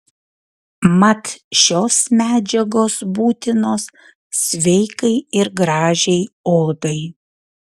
mat šios medžiagos būtinos sveikai ir gražiai odai